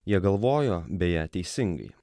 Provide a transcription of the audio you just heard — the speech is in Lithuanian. jie galvojo beje teisingai